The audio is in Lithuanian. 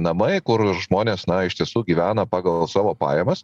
namai kur žmonės iš tiesų gyvena pagal savo pajamas